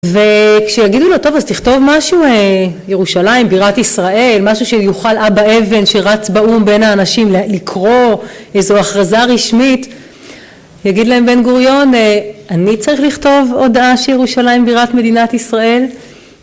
וכשיגידו לו טוב אז תכתוב משהו ירושלים בירת ישראל משהו שיוכל אבא אבן שרץ באו"ם בין האנשים לקרוא איזו הכרזה רשמית יגיד להם בן-גוריון אני צריך לכתוב הודעה שירושלים בירת מדינת ישראל?